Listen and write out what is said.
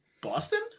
Boston